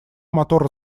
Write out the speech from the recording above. мотор